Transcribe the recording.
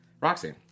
Roxy